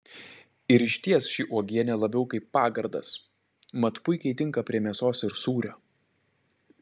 ir išties ši uogienė labiau kaip pagardas mat puikiai tinka prie mėsos ir sūrio